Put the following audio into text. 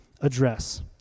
address